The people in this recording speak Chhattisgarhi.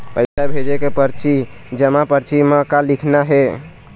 पैसा भेजे के परची जमा परची म का लिखना हे?